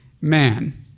man